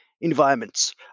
environments